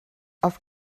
auf